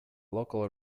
local